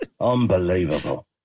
Unbelievable